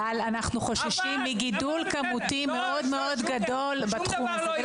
אבל אנחנו חוששים מגידול כמותי ניכר מאוד בתחום הזה.